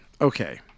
okay